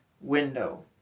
window